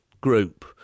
group